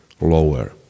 lower